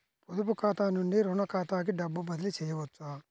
పొదుపు ఖాతా నుండీ, రుణ ఖాతాకి డబ్బు బదిలీ చేయవచ్చా?